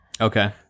Okay